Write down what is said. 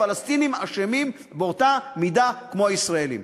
הפלסטינים אשמים באותה מידה כמו הישראלים,